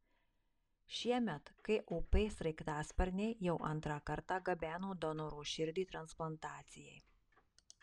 šiemet kop sraigtasparniai jau antrą kartą gabeno donoro širdį transplantacijai